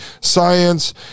science